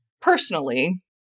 personally